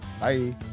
Bye